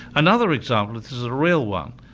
another example, which is a real one,